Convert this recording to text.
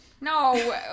No